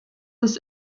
ist